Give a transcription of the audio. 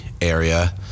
area